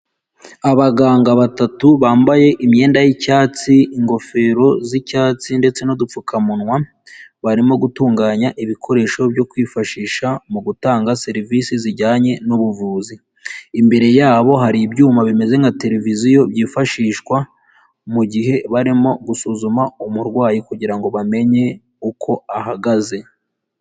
Abaganga batatu bambaye imyenda y'icyatsi, ingofero z'icyatsi ndetse n'udupfukamunwa, barimo gutunganya ibikoresho byo kwifashisha mu gutanga serivisi zijyanye n'ubuvuzi, imbere yabo hari ibyuma bimeze nka televiziyo, byifashishwa mu gihe barimo gusuzuma umurwayi kugira ngo bamenye uko ahagaze.